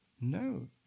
No